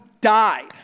died